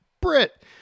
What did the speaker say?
Brit